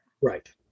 Right